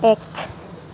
এক